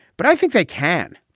but i think they can.